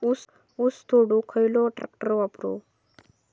ऊस तोडुक खयलो ट्रॅक्टर वापरू?